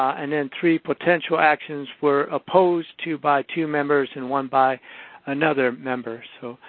and then three potential actions were opposed. two by two members and one by another member. so,